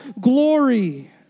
glory